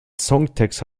songtext